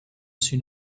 soon